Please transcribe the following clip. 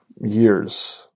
years